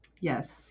Yes